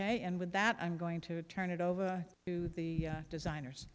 way and with that i'm going to turn it over to the designers